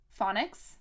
Phonics